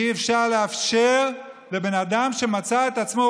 אי-אפשר לאפשר לבן אדם שמצא את עצמו,